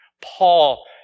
Paul